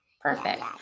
Perfect